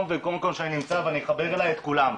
שאני נמצא ואני אכוון עליי את כולם,